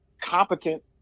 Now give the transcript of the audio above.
competent